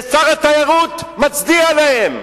ושר התיירות מצדיע להם.